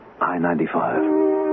I-95